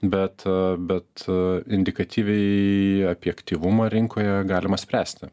bet bet indikatyviai apie aktyvumą rinkoje galima spręsti